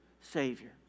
Savior